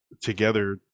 together